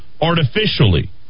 artificially